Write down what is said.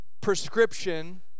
prescription